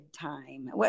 time